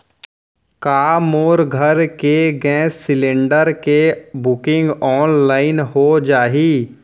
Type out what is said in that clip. का मोर घर के गैस सिलेंडर के बुकिंग ऑनलाइन हो जाही?